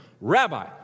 rabbi